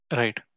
right